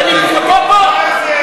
זו דעתי.